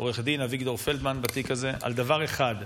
עו"ד אביגדור פלדמן בתיק הזה על דבר אחד,